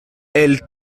elle